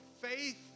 faith